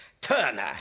Turner